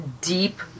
deep